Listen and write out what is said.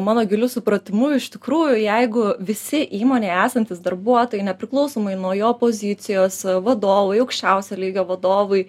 mano giliu supratimu iš tikrųjų jeigu visi įmonėj esantys darbuotojai nepriklausomai nuo jo pozicijos vadovai aukščiausio lygio vadovai